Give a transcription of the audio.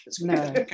no